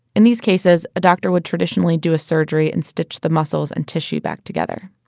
in these cases, a doctor would traditionally do a surgery and stitch the muscles and tissue back together